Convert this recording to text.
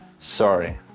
Sorry